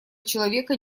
человека